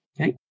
Okay